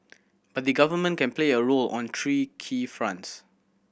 but the Government can play a role on three key fronts